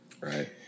Right